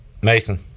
Mason